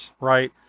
right